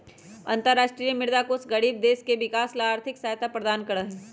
अन्तरराष्ट्रीय मुद्रा कोष गरीब देश के विकास ला आर्थिक सहायता प्रदान करा हई